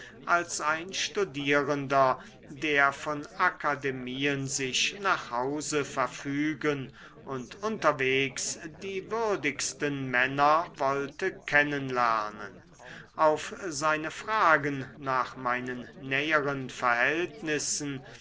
als ein studierender der von akademien sich nach hause verfügen und unterwegs die würdigsten männer wollte kennen lernen auf seine fragen nach meinen näheren verhältnissen